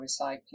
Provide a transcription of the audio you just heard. recycling